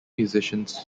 musicians